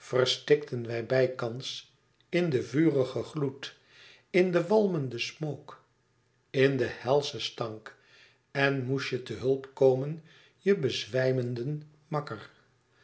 verstikten wij bijkans in den vurigen gloed in den walmenden smook in den helschen stank en moest je te hulpe komen je bezwijmenden makker